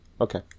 Okay